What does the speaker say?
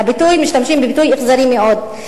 משתמשים בביטוי "אכזרי מאוד".